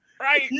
Right